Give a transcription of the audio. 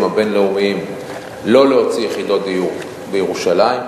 הבין-לאומיים לא להוציא יחידות דיור בירושלים,